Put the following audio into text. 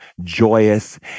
joyous